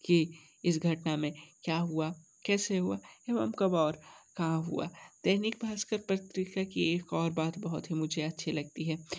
कि इस घटना में क्या हुआ कैसे हुआ एवं कब और कहाँ हुआ दैनिक भास्कर पत्रिका की एक और बात बहुत ही मुझे अच्छी लगती है